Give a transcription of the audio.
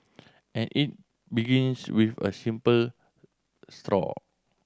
and it begins with a simple straw